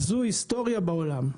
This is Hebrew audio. זו היסטוריה בעולם.